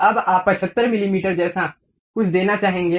अब आप 75 मिलीमीटर जैसा कुछ देना चाहेंगे